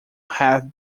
have